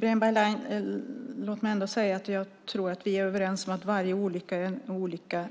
Fru talman! Låt mig ändå säga, Ibrahim Baylan, att jag tror att vi är överens om att varje olycka är en olycka